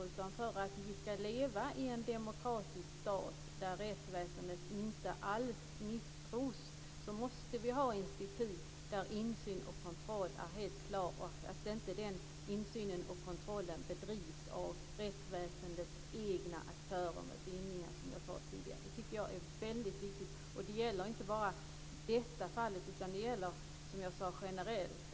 Men för att vi ska kunna leva i en demokratisk stat där rättsväsendet inte alls misstros måste vi ha institut där det är helt klart med insyn och kontroll. Den insynen och kontrollen ska inte bedrivas av rättsväsendets egna aktörer med bindningar, som jag sade tidigare. Det tycker jag är väldigt viktigt, och det gäller inte bara i detta fall. Det gäller, som jag sade, generellt.